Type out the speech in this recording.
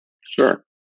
Sure